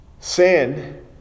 Sin